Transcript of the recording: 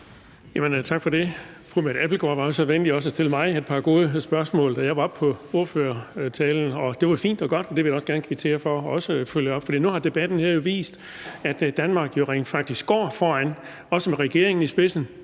Tak for det. Fru Mette Abildgaard var så venlig at stille mig et par gode spørgsmål til min ordførertale, og det var fint og godt – det vil jeg gerne kvittere for og også følge op på. Nu har debatten her jo vist, at Danmark rent faktisk går foran, også med regeringen i spidsen.